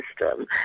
system